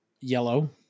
yellow